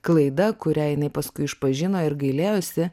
klaida kurią jinai paskui išpažino ir gailėjosi